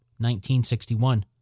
1961